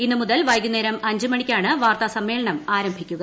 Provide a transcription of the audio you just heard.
ഇന്ന് മുതൽ വൈകുന്നേരം അഞ്ച് മണിക്കാണ് വാർത്താസമ്മേളനം ആരംഭിക്കുക